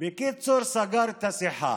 בקיצור, סגר את השיחה.